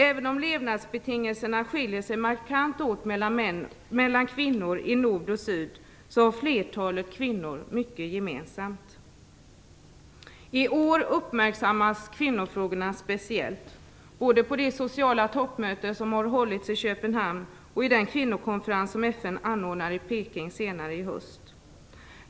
Även om levnadsbetingelserna skiljer sig markant åt mellan kvinnor i nord och syd har flertalet kvinnor mycket gemensamt. I år uppmärksammas kvinnofrågorna speciellt, både på det sociala toppmöte som har hållits i Köpenhamn och i den kvinnokonferens som FN anordnar i Peking i höst.